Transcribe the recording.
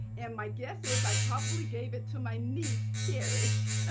and my guess is i probably gave it to my niece, cherish.